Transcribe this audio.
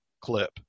Clip